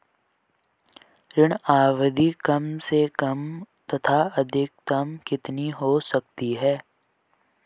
ऋण अवधि कम से कम तथा अधिकतम कितनी हो सकती है?